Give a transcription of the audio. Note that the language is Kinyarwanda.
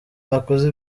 bakoze